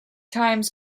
times